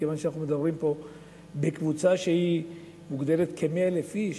מכיוון שאנחנו מדברים פה בקבוצה שהיא מוגדרת כ-100,000 איש,